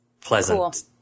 pleasant